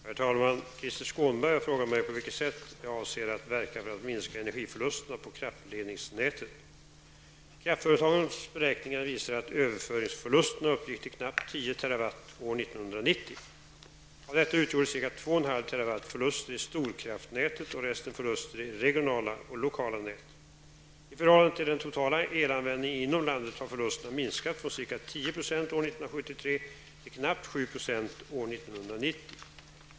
Herr talman! Krister Skånberg har frågat mig på vilket sätt jag avser att verka för att minska energiförlusterna på kraftledningsnätet. Kraftföretagens beräkningar visar att överföringsförlusterna uppgick till knappt 10 TWh år 1991. Av detta utgjorde ca 2,5 TWh förluster i storkraft-nätet och resten förluster i regionala och lokala nät. I förhållande till den totala elanvändningen inom landet har förlusterna minskat från ca 10 % år 1973 till knappt 7 % år 1990.